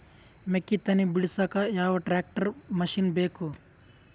ಮೆಕ್ಕಿ ತನಿ ಬಿಡಸಕ್ ಯಾವ ಟ್ರ್ಯಾಕ್ಟರ್ ಮಶಿನ ಬೇಕು?